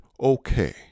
okay